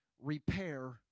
repair